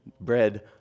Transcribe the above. bread